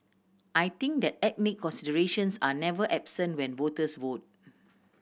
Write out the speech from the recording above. I think that ethnic considerations are never absent when voters vote